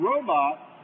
robot